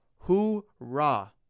hoorah